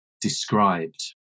described